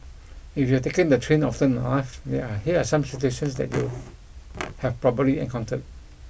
if you've taken the train often enough there here are some situations that you'd have probably encountered